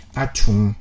atum